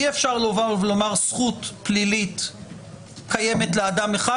אי אפשר לומר שזכות פלילית קיימת לאדם אחד,